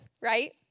right